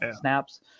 snaps